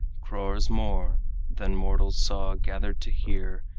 crores more than mortals saw gathered to hear,